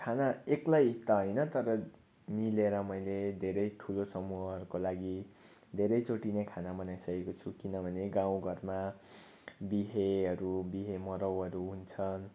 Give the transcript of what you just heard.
खाना एक्लै त होइन तर मिलेर मैले धेरै ठुलो समूहहरूको लागि मैले धेरैचोटी नै खाना बनाइसकेको छु किनभने गाउँ घरमा बिहेहरू बिहे मराउहरू हुन्छ